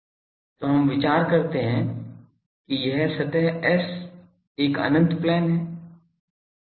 तो हम विचार करते है कि यह सतह S एक अनंत प्लेन है